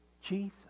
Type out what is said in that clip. Jesus